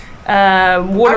Water